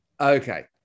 Okay